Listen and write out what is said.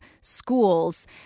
schools